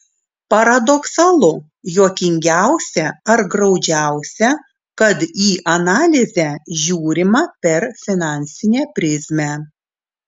paradoksalu juokingiausia ar graudžiausia kad į analizę žiūrima per finansinę prizmę